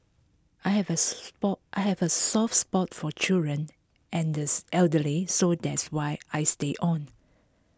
I have A spot I have A soft spot for children and these elderly so that's why I stayed on